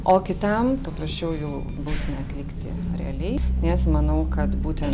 o kitam papraščiau jau bausmę atlikti realiai nes manau kad būtent